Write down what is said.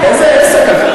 עסק.